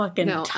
no